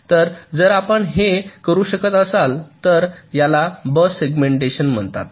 तर जर आपण हे करू शकत असाल तर याला बस सेगमेंटेशन म्हणतात